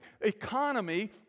economy